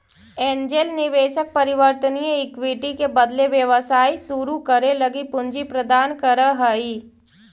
angel निवेशक परिवर्तनीय equity के बदले व्यवसाय शुरू करे लगी पूंजी प्रदान करऽ हइ